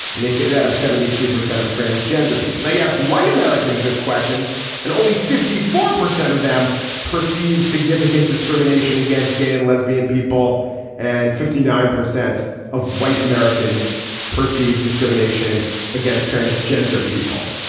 and they say that seventy two percent of transgender people they ask white americans this question and only fifty four percent of them perceive significant discrimination against gay and lesbian people and fifty nine percent of white americans perceived discrimination against transgender people.